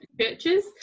Churches